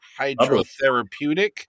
hydrotherapeutic